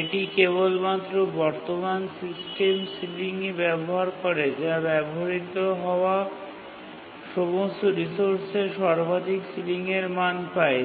এটি কেবলমাত্র বর্তমান সিস্টেম সিলিংই ব্যবহৃত হয় যা ব্যবহৃত হওয়া সমস্ত রিসোর্সের সর্বাধিক সিলিংয়ের মান পায়